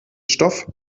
stoff